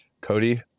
Cody